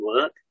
work